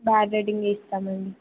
bad rating ఇస్తామండి